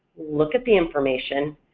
look at the information,